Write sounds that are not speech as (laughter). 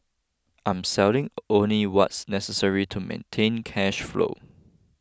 I'm selling (noise) only what's necessary to maintain cash flow